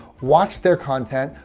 watch their content,